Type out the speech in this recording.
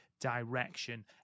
direction